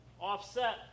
offset